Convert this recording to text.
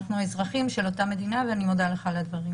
אזרחים של אותה המדינה ואני מודה לך על הדברים.